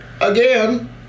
Again